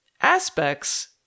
aspects